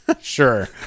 Sure